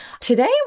Today